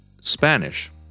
Spanish